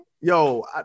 yo